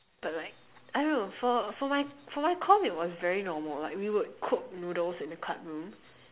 but like I don't know for for my for my comm it was very normal like we would cook noodles in the club room